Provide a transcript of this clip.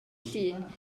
llun